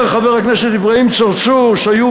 אומר חבר הכנסת אברהים צרצור שהיו